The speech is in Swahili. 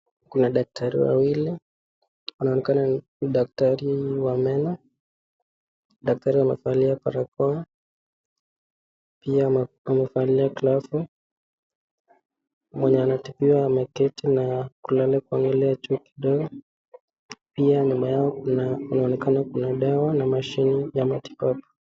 Kuna madaktari wawili. Wanaonekana ni madaktari wa meno. Madaktari wamevalia barakoa. Pia wamevalia glove. Mwenye anatibiwa ameketi na kulala kwa kuangalia juu kidogo. Pia nyuma yao kuna inaonekana kuna dawa na mashine ya matibabu.